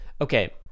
okay